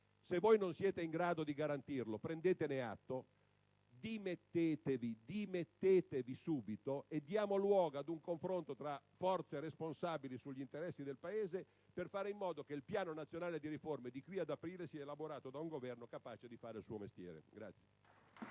Se voi non siete in grado di garantirlo, prendetene atto, dimettetevi subito e diamo luogo ad un confronto tra forze responsabili sugli interessi del Paese, per fare in modo che il Programma nazionale di riforma, di qui ad aprile, sia elaborato da un Governo capace di fare il suo mestiere.